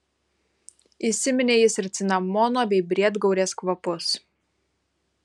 įsiminė jis ir cinamono bei briedgaurės kvapus